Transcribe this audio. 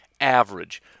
average